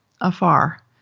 afar